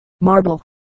marble